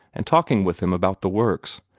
and talking with him about the works,